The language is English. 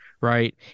Right